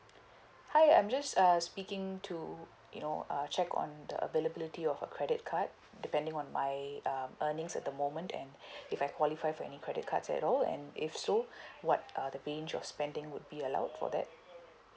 hi I'm just uh speaking to you know uh check on the availability of a credit card depending on my uh earnings at the moment and if I qualify for any credit cards at all and if so what are the of spending would be allowed for that